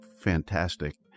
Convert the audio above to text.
Fantastic